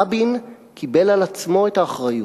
רבין קיבל על עצמו את האחריות,